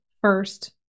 first